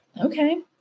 Okay